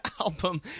album